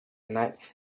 night